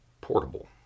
portable